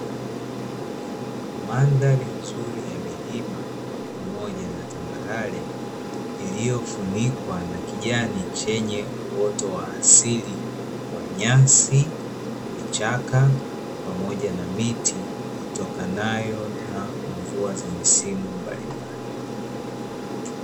Mandhari nzuri ya milima pamoja na tambarare iliyofunikwa na kijani chenye uoto wa asili wa nyasi, vichaka pamoja na miti itokanayo na mvua za misimu mbalimbali.